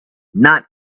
not